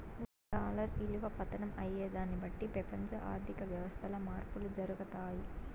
dollar ఇలువ పతనం అయ్యేదాన్ని బట్టి పెపంచ ఆర్థిక వ్యవస్థల్ల మార్పులు జరగతాయి